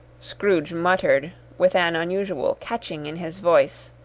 scrooge muttered, with an unusual catching in his voice,